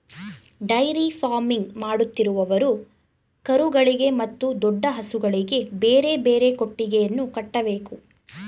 dairy farming ಮಾಡುತ್ತಿರುವವರು ಕರುಗಳಿಗೆ ಮತ್ತು ದೊಡ್ಡ ಹಸುಗಳಿಗೆ ಬೇರೆ ಬೇರೆ ಕೊಟ್ಟಿಗೆಯನ್ನು ಕಟ್ಟಬೇಕು